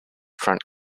front